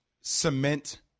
Cement